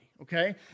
Okay